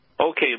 Okay